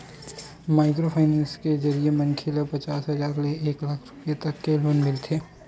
micro finance के जरिए मनखे ल पचास हजार ले एक लाख रूपिया तक के लोन मिलथे